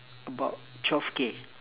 about twelve K